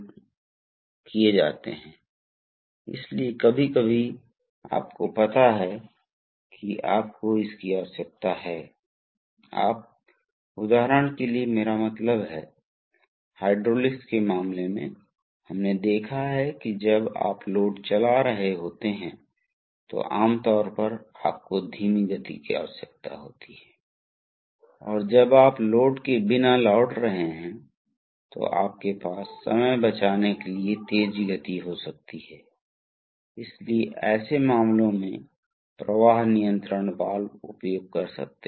और यह बदले में एक्ट्यूएटर पर आनुपातिक बल या गति पैदा करेगा जो एक्ट्यूएटर पर निर्भर करता है आइए हम इस समय एक रैखिक एक्ट्यूएटर पर विचार करें और जैसा कि हमने देखा है कि जैसा कि आपने कहा कि पायलट राहत वाल्व में आप कर सकते हैं आप उस दबाव को नियंत्रित कर सकते हैं जिस पर वाल्व वेंट करेगा इसलिए आप ऐसा कैसे करते हैं आप पायलट दबाव को नियंत्रित करके पायलट दबाव को कैसे नियंत्रित करते हैं आप एक आनुपातिक वाल्व डाल सकते हैं